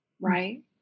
right